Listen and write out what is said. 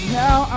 now